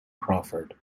crawford